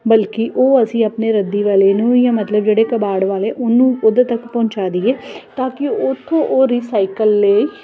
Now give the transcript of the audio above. ਬਲਕਿ ਉਹ ਅਸੀਂ ਆਪਣੇ ਰੱਦੀ ਵਾਲੇ ਨੂੰ ਜਾਂ ਮਤਲਬ ਜਿਹੜੇ ਕਬਾੜ ਵਾਲੇ ਉਹਨੂੰ ਉਹਦੇ ਤੱਕ ਪਹੁੰਚਾ ਦੇਈਏ ਤਾਂ ਕਿ ਉਥੋਂ ਉਹ ਰਿਸਾਈਕਲ ਲਈ